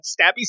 stabby